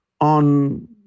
on